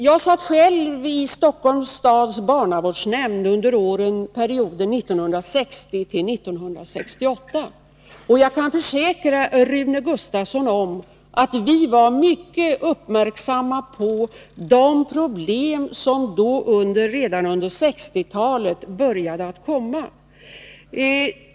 Jag satt själv i Stockholms stads barnavårdsnämnd under perioden 1960-1968, och jag kan försäkra Rune Gustavsson att vi var mycket uppmärksamma på de problemen, som började komma redan då, under 1960-talet.